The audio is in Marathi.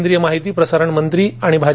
केंद्रीय माहिती प्रसारण मंत्री आणि भा